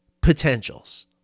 potentials